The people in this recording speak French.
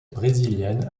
brésilienne